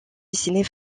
dessinée